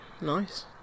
nice